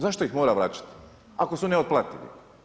Zašto ih mora vraćati, ako su neotplativi?